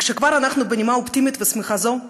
וכשכבר אנחנו בנימה אופטימית ושמחה זו,